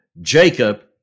Jacob